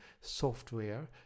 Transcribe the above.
software